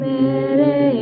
Mere